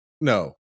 No